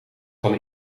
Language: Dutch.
kan